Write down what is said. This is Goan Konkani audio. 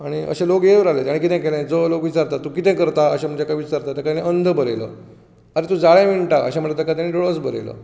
आनी अशे लोक येयत रावले ताणें कितें केलें जो लोक विचारता तूं कितें करता अशें म्हण ताका विचारता तांका ताणें अंध बरयलो आरें तूं जाळें विणता अशें म्हणटा ताका ताणें दोळस बरयलो